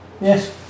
Yes